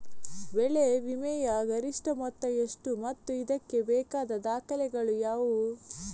ಬೆಳೆ ವಿಮೆಯ ಗರಿಷ್ಠ ಮೊತ್ತ ಎಷ್ಟು ಮತ್ತು ಇದಕ್ಕೆ ಬೇಕಾದ ದಾಖಲೆಗಳು ಯಾವುವು?